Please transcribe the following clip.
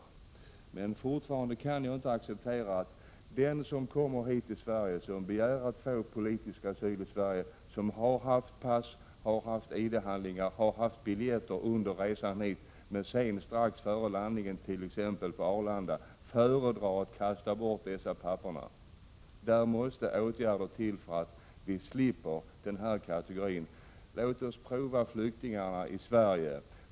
Jag kan fortfarande inte acceptera att den som kommer hit till Sverige och begär att få politisk asyl i Sverige och haft pass, ID-handlingar och biljetter under resan hit men sedan, strax före t.ex. landningen på Arlanda, föredrar att kasta bort dessa papper. Där måste det till åtgärder, så att vi slipper den kategorin. Låt oss pröva flyktingarna i Sverige.